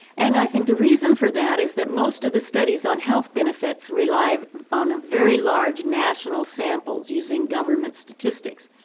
and i think the reason for that is that most of the studies on health benefits rely on very large national samples, using government statistics.